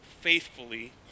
faithfully